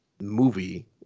movie